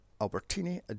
Albertini